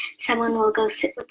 someone will go sit with